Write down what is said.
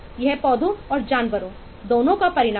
यह पौधों और जानवरों दोनों का परिणाम है